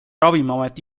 ravimiamet